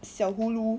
小葫芦